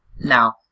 Now